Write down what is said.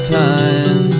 time